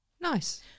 Nice